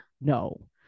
no